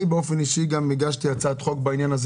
אני באופן אישי גם הגשתי הצעת חוק בעניין,